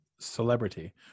Celebrity